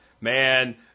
man